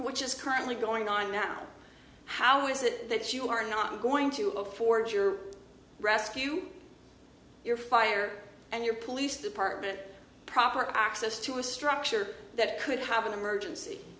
which is currently going on now how is it that you are not going to afford your rescue your fire and your police department proper access to a structure that could have an emergency